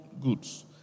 goods